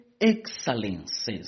excellences